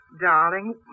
darling